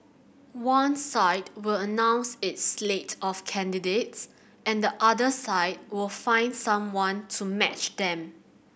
one side will announce its slate of candidates and the other side will find someone to match them